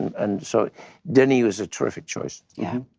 and so denis was a terrific choice. yeah.